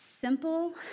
simple